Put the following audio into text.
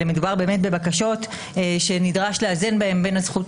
מדובר באמת בבקשות שנדרש לאזן בהן בין הזכות